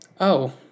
Oh